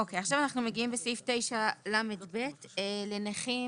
עכשיו אנחנו מגיעים לסעיף 9לב, לנכים